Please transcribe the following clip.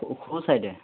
সোঁ চাইডে